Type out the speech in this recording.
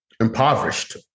impoverished